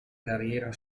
carriera